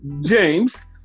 James